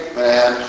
man